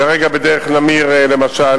כרגע, בדרך-נמיר בתל-אביב, למשל,